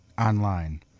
online